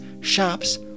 shops